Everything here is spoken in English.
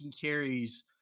carries